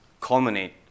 culminate